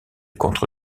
contre